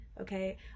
okay